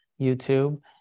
YouTube